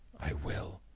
i will.